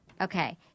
Okay